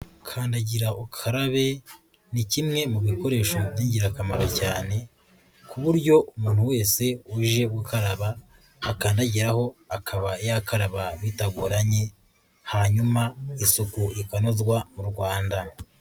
Kandagira ukarabe ni kimwe mu bikoresho by'ingirakamaro cyane ku buryo umuntu wese uje gukaraba akandagiraho akaba yakaraba bitagoranye, hanyuma isuku ikanozwa mu Rwanda.